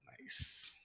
Nice